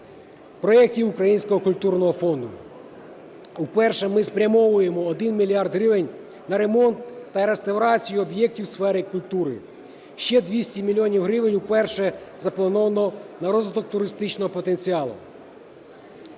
проектів Українського культурного фонду. Уперше ми спрямовуємо 1 мільярд гривень на ремонт та реставрацію об'єктів сфери культури. Ще 200 мільйонів гривень вперше заплановано на розвиток туристичного потенціалу.